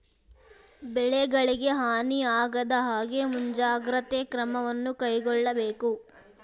ಬೆಳೆಗಳಿಗೆ ಹಾನಿ ಆಗದಹಾಗೆ ಮುಂಜಾಗ್ರತೆ ಕ್ರಮವನ್ನು ಕೈಗೊಳ್ಳಬೇಕು